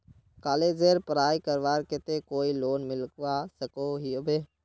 कॉलेजेर पढ़ाई करवार केते कोई लोन मिलवा सकोहो होबे?